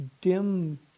dim